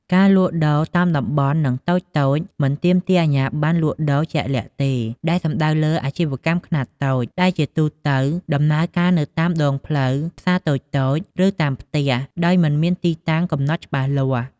ការលក់ដូរតាមតំបន់ និងតូចៗ មិនទាមទារអាជ្ញាប័ណ្ណលក់ជាក់លាក់ទេ ដែលសំដៅលើ អាជីវកម្មខ្នាតតូច ដែលជាទូទៅដំណើរការនៅតាម ដងផ្លូវ ផ្សារតូចៗ ឬ តាមផ្ទះ ដោយមិនមានទីតាំងកំណត់ច្បាស់លាស់។